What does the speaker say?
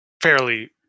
fairly